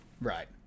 right